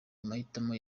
amahitamo